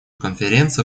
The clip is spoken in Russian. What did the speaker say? конференция